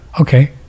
okay